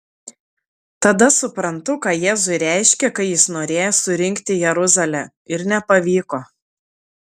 tada suprantu ką jėzui reiškė kai jis norėjo surinkti jeruzalę ir nepavyko